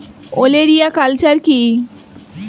ওলেরিয়া কালচার কি?